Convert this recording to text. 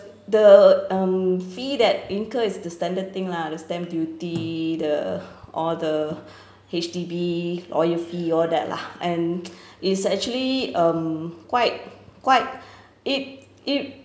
the um fee that incur is the standard thing lah the stamp duty the all the H_D_B all your fee all that lah and it's actually um quite quite it it